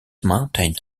mountain